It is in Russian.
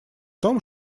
том